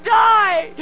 die